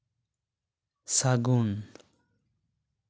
ᱥᱟᱹᱜᱩᱱ